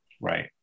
Right